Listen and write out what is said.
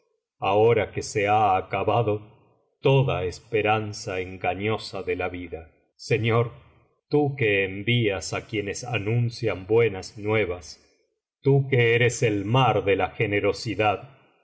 ahora que se ha acabado toda esperanza engañosa de la vida señor tú que envías á quienes anuncian buenas nuevas tú que eres el mar de la generosidad